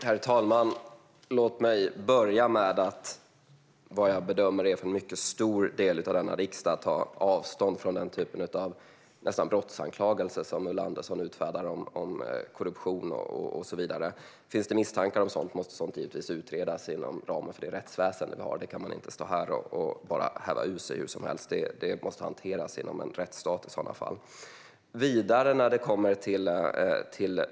Herr talman! Låt mig börja med att för vad jag bedömer är en mycket stor del av denna riksdags räkning ta avstånd från den typ av anklagelser - nästan brottsanklagelser - om korruption och så vidare som Ulla Andersson kommer med. Om det finns misstankar om sådant måste det givetvis utredas inom ramen för det rättsväsen vi har. Det kan man inte stå här och bara häva ur sig hur som helst, utan det måste i så fall hanteras inom en rättsstat.